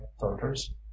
voters